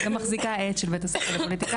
אני גם מחזיקה עט של בית הספר לפוליטיקה.